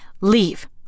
Leave